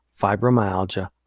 fibromyalgia